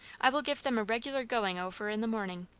i will give them a regular going over in the morning.